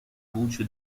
voce